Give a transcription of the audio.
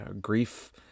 grief